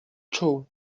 czuł